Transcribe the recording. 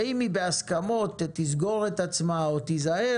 אם היא בהסכמות תסגור את עצמה או תיזהר